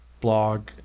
blog